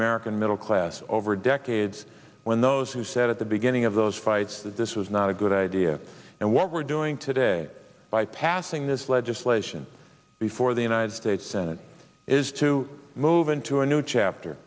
american middle class over decades when those who said at the beginning of those fights that this was not a good idea and what we're doing today by passing this legislation before the united states senate is to move into a new chapter